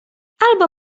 albo